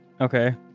Okay